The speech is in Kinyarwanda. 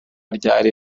ryari